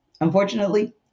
Unfortunately